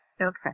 Okay